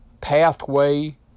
pathway